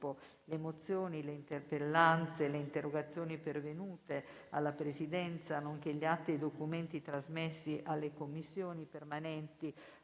Le mozioni, le interpellanze e le interrogazioni pervenute alla Presidenza, nonché gli atti e i documenti trasmessi alle Commissioni permanenti ai